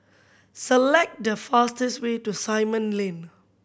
select the fastest way to Simon Lane